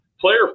player